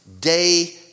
day